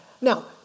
Now